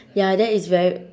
ya that is very